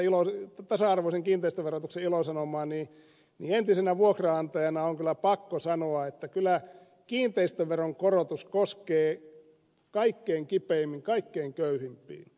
andersson julisti tasa arvoisen kiinteistöverotuksen ilosanomaa niin entisenä vuokranantajana on pakko sanoa että kyllä kiinteistöveron korotus koskee kaikkein kipeimmin kaikkein köyhimpiin